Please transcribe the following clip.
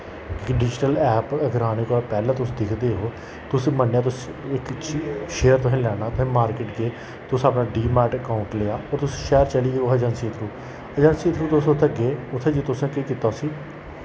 digital app अगर आने कोला पैह्ले तुस दिक्खदे ओ तुस मन्नेआ तुस इक शेयर तोहें लैना ते मार्कट गे तुस अपना डीमार्ट अकाउंट लेआ और तुस शैह्र चली गै ओह् एजेंसी दे थ्रू एजेंसी दे थ्रू तुस उत्थैं गे उत्थे जे तुसैं केह् कीता उस्सी